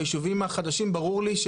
ביישובים החדשים ברור לי,